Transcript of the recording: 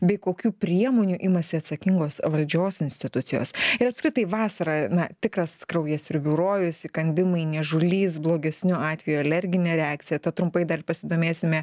bei kokių priemonių imasi atsakingos valdžios institucijos ir apskritai vasara na tikras kraujasiurbių rojus įkandimai niežulys blogesniu atveju alerginė reakcija tad trumpai dar pasidomėsime